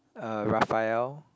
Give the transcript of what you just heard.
uh Raphael